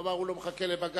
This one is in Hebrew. הוא אמר שהוא לא מחכה לבג"ץ,